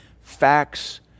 facts